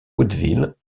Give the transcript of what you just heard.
woodville